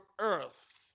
earth